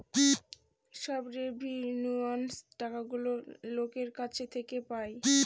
সব রেভিন্যুয়র টাকাগুলো লোকের কাছ থেকে পায়